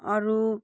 अरू